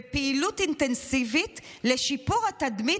"בפעילות אינטנסיבית לשיפור התדמית